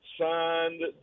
signed